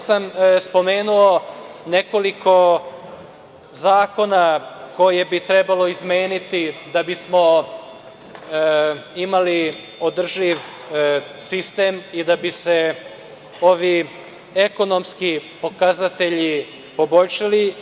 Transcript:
Spomenuo sam nekoliko zakona koje bi trebalo izmeniti da bismo imali održiv sistem i da bi se ovi ekonomski pokazatelji poboljšali.